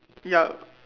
yup